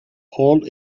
all